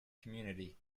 community